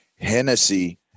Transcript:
Hennessy